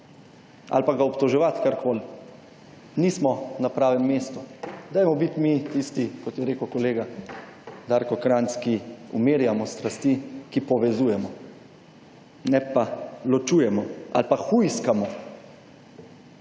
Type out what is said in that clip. ali pa ga obtoževati karkoli, nismo na pravem mestu. Dajmo biti mi tisti, kot je rekel kolega Darko Krajnc, ki umirjamo strasti, ki povezujemo, ne pa ločujemo ali pa hujskamo.